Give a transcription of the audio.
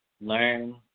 learn